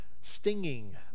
stinging